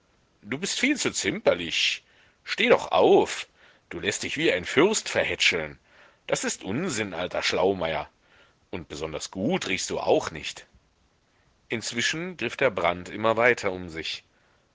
du bist viel zu zimperlich steh doch auf du läßt dich wie ein fürst verhätscheln das ist unsinn alter schlaumeier und besonders gut riechst du auch nicht inzwischen griff der brand immer weiter um sich